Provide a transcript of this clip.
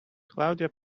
claudia